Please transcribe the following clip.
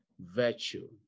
virtue